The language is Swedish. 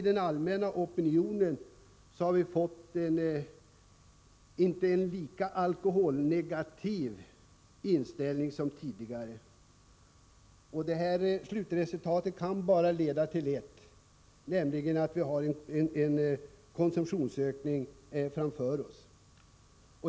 Den allmänna opinionen har alltså fått en inte lika alkoholnegativ inställning som tidigare. Resultatet av detta kan bara leda till en sak, nämligen att vi har att vänta en konsumtionsökning.